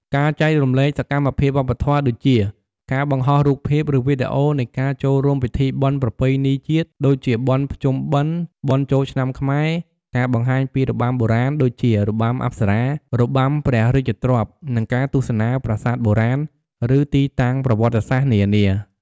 ការចែករំលែកសកម្មភាពវប្បធម៌ដូចជា ការបង្ហោះរូបភាព ឬវីដេអូនៃការចូលរួមពិធីបុណ្យប្រពៃណីជាតិ ដូចជាភ្ជុំបិណ្ឌ បុណ្យចូលឆ្នាំខ្មែរ ការបង្ហាញពីរបាំបុរាណ ដូចជា របាំអប្សរា របាំព្រះរាជទ្រព្យ និង ការទស្សនាប្រាសាទបុរាណ ឬទីតាំងប្រវត្តិសាស្ត្រនានា។